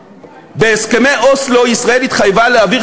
בהסכמי אוסלו ישראל התחייבה להעביר